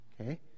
okay